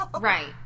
Right